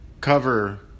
cover